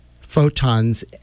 photons